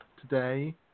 today